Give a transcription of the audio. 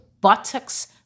buttocks